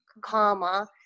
karma